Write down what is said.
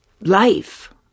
life